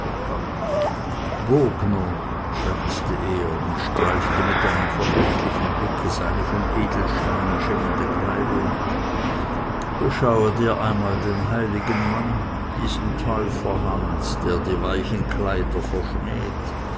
scherzte er und streifte mit einem verächtlichen blicke seine von edelsteinen schimmernde kleidung beschaue dir einmal den heiligen mann diesen täufer hans der die weichen kleider verschmäht